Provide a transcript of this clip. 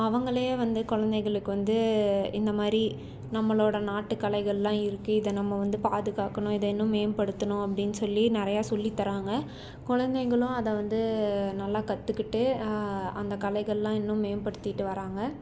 அவங்களே வந்து குழந்தைகளுக்கு வந்து இந்த மாதிரி நம்மளோட நாட்டு கலைகள்லாம் இருக்கு இதை நம்ம வந்து பாதுகாக்கணும் இதை இன்னும் மேம்படுத்தணும் அப்டின்னு சொல்லி நிறையா சொல்லித் தர்றாங்க குழந்தைங்களும் அதை வந்து நல்லா கற்றுக்கிட்டு அந்த கலைகள்லாம் இன்னும் மேம்படுத்திகிட்டு வர்றாங்க